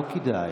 לא כדאי.